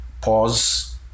Pause